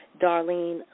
Darlene